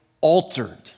altered